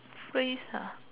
freeze